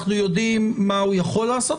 אנחנו יודעים מה הוא יכול לעשות,